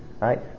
right